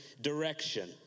direction